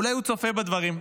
אולי הוא צופה בדברים.